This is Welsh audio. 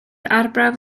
arbrawf